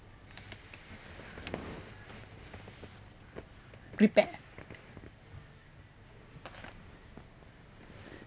prepared